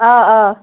آ آ